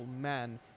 man